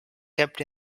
kept